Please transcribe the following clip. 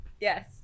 Yes